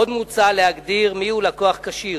עוד מוצע להגדיר מיהו לקוח כשיר.